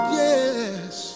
yes